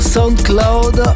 soundcloud